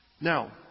Now